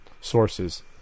sources